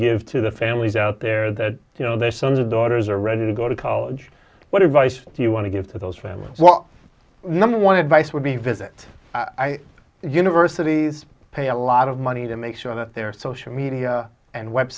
give to the families out there that you know their sons and daughters are ready to go to college what advice do you want to give to those families well number one advice would be visit universities pay a lot of money to make sure that their social media and web